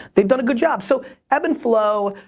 they've done a good job, so ebb and flow.